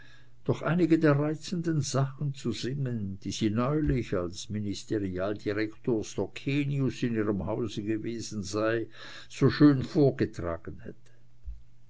doch einige der reizenden sachen zu singen die sie neulich als ministerialdirektor stoeckenius in ihrem hause gewesen so schön vorgetragen hätten